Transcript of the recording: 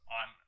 on